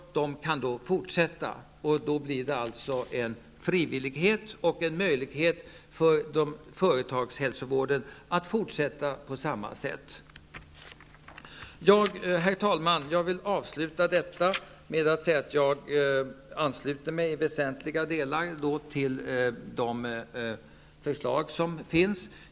På detta sätt kan företagshälsovården fortsätta i frivillig form. Herr talman! Jag vill avsluta med att säga att jag ansluter mig i väsentliga delar till de förslag som finns.